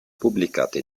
pubblicate